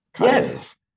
Yes